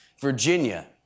Virginia